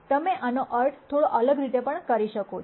તમે આનો અર્થ થોડો અલગ રીતે પણ કરી શકો છો